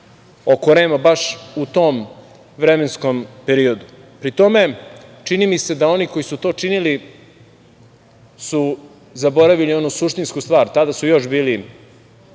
oko REM-a baš u tom vremenskom periodu? Pri tome, čini mi se da oni koji su to činili su zaboravili onu suštinsku stvar, tada su još bili